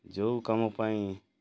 ଯୋଉ କାମ ପାଇଁ